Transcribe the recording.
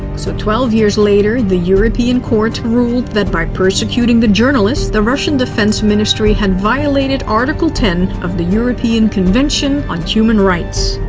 so twelve years later, the european court ruled that by prosecuting the journalists, the russian defense ministry had violated article ten of the european convention on human rights,